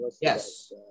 Yes